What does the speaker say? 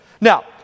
Now